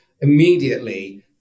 immediately